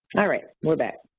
alright, we're back.